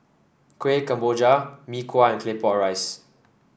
Kueh Kemboja Mee Kuah and Claypot Rice